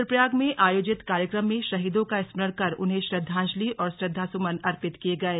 रुद्रप्रयाग में आयोजित कार्यक्रम में शहीदों का स्मरण कर उन्हें श्रद्वांजलि और श्रद्वासुमन अर्पित किये गये